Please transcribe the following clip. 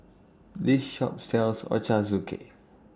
This Shop sells Ochazuke